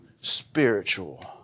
spiritual